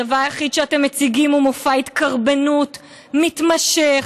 הדבר היחיד שאתם מציגים הוא מופע התקרבנות מתמשך